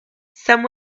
some